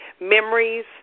memories